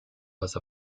was